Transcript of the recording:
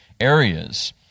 areas